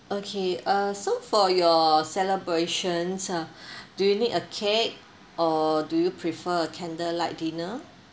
okay uh so for your celebrations uh do you need a cake or do you prefer a candlelight dinner